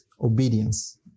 obedience